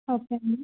ఓకేనండి